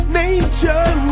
nature